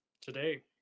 Today